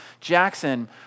Jackson